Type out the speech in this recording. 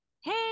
hey